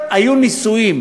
ראש.